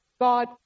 God